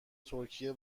ترکیه